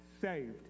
saved